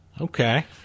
Okay